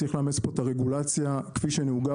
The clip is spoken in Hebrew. צריך לאמץ פה את הרגולציה כפי שנהוגה